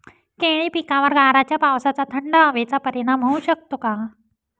केळी पिकावर गाराच्या पावसाचा, थंड हवेचा परिणाम होऊ शकतो का?